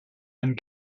and